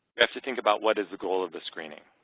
we have to think about what is the goal of the screening.